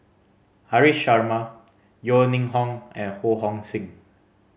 Haresh Sharma Yeo Ning Hong and Ho Hong Sing